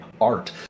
art